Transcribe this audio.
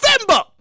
November